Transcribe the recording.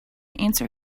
answer